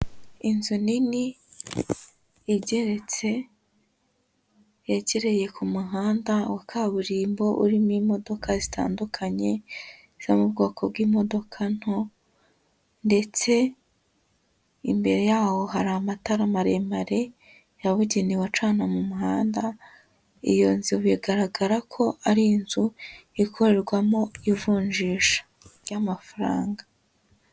Inzu nini igeretse yegereye ku muhanda wa kaburimbo urimo imodoka zitandukanye zo mu bwoko bw'imodoka nto ndetse imbere yaho hari amatara maremare yabugenewe acana mu muhanda, iyo nzu bigaragara ko ari inzu ikorerwamo ivunjisha ry'amafaranga.